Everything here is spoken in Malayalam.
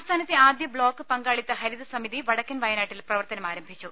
സംസ്ഥാനത്തെ ആദ്യ ബ്ലോക്ക് പങ്കാളിത്ത ഹരിതസ്മിതി പടക്കൻ വയനാ ട്ടിൽ പ്രവർത്തനം ആരംഭിച്ചു